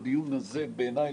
בדיון הזה בעיניי,